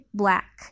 black